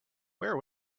where